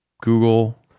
Google